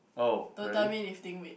don't tell me lifting weight